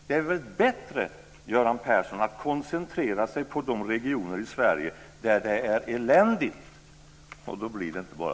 Det är väl bättre, Göran Persson, att koncentrera sig på de regioner i Sverige där det är eländigt. Då blir det inte bara